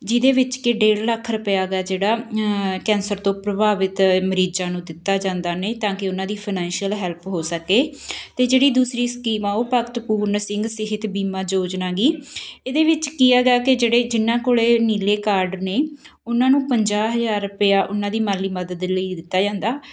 ਜਿਹਦੇ ਵਿੱਚ ਕਿ ਡੇਢ ਲੱਖ ਰੁਪਇਆ ਗਾ ਜਿਹੜਾ ਕੈਂਸਰ ਤੋਂ ਪ੍ਰਭਾਵਿਤ ਮਰੀਜ਼ਾਂ ਨੂੰ ਦਿੱਤਾ ਜਾਂਦਾ ਨਹੀਂ ਤਾਂ ਕਿ ਉਹਨਾਂ ਦੀ ਫਾਇਨੈਸ਼ੀਅਲ ਹੈਲਪ ਹੋ ਸਕੇ ਅਤੇ ਜਿਹੜੀ ਦੂਸਰੀ ਸਕੀਮ ਆ ਉਹ ਭਗਤ ਪੂਰਨ ਸਿੰਘ ਸਿਹਤ ਬੀਮਾ ਯੋਜਨਾ ਗੀ ਇਹਦੇ ਵਿੱਚ ਕੀ ਹੈਗਾ ਕਿ ਜਿਹੜੇ ਜਿਨ੍ਹਾਂ ਕੋਲ ਨੀਲੇ ਕਾਰਡ ਨੇ ਉਹਨਾਂ ਨੂੰ ਪੰਜਾਹ ਹਜ਼ਾਰ ਰੁਪਇਆ ਉਹਨਾਂ ਦੀ ਮਾਲੀ ਮਦਦ ਲਈ ਦਿੱਤਾ ਜਾਂਦਾ